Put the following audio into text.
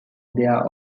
their